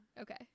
Okay